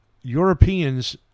Europeans